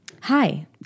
Hi